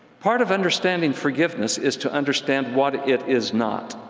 part of understanding forgiveness is to understand what it is not.